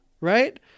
right